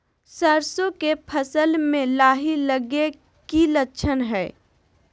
सरसों के फसल में लाही लगे कि लक्षण हय?